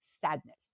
sadness